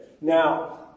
Now